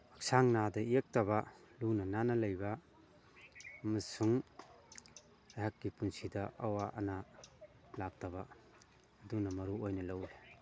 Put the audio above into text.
ꯍꯛꯆꯥꯡ ꯅꯥꯗ ꯌꯦꯛꯇꯕ ꯂꯨꯅ ꯅꯥꯟꯅ ꯂꯩꯕ ꯑꯃꯁꯨꯡ ꯑꯩꯍꯥꯛꯀꯤ ꯄꯨꯟꯁꯤꯗ ꯑꯋꯥ ꯑꯅꯥ ꯂꯥꯛꯇꯕ ꯑꯗꯨꯅ ꯃꯔꯨꯑꯣꯏꯅ ꯂꯧꯋꯤ